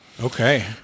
Okay